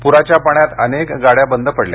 प्राच्या पाण्यात अनेक गाड्या बंद पडल्या